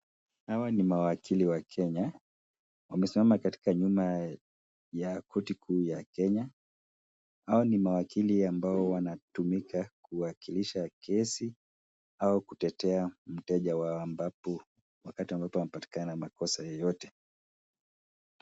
Hawa ni mawakili wa Kenya, wamesimama katika nyuma ya koti kuu ya Kenya. Hawa ni mawakili ambao wanatumika kuwakilisha kesi au kutetea mteja wao wakati ambapo amepatikana na makosa yeyote.